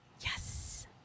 Yes